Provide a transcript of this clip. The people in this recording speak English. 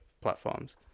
platforms